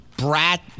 brat